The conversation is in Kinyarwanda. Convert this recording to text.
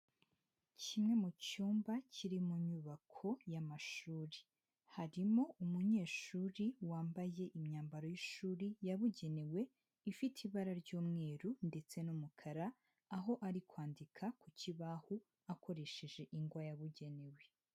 Kimwe mu cyumba kiri mu nyubako y'amashuri, harimo umunyeshuri wambaye imyambaro y'ishuri yabugenewe ifite ibara ry'umweru ndetse n'umukara, aho ari kwandika ku kibaho akoresheje ingwa yabugenewe.